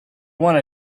wanna